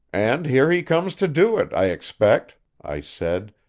and here he comes to do it, i expect, i said,